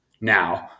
now